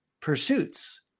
pursuits